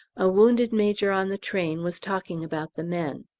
a wounded major on the train was talking about the men.